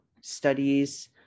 studies